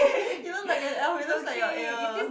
you look like an elf it looks like your ear